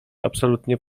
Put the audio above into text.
absolutnie